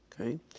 Okay